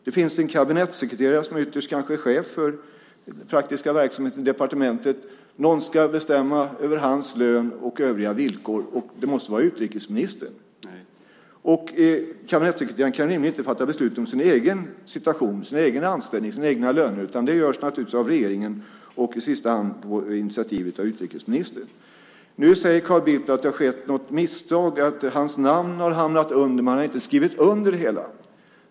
Det finns en kabinettssekreterare som ytterst kanske är chef för den praktiska verksamheten i departementet. Någon ska bestämma över hans lön och övriga villkor. Det måste vara utrikesministern som gör det. : Nej.) Kabinettssekreteraren kan rimligen inte fatta beslut om sin egen situation - om sin egen anställning och sin egen lön - utan det görs naturligtvis av regeringen och i sista hand på initiativ av utrikesministern. Nu säger Carl Bildt att det är ett misstag att hans namn har hamnat under. Han har inte har skrivit under det hela.